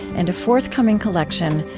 and a forthcoming collection,